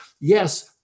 yes